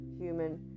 human